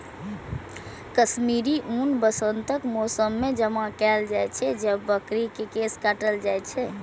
कश्मीरी ऊन वसंतक मौसम मे जमा कैल जाइ छै, जब बकरी के केश काटल जाइ छै